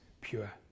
pure